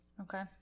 Okay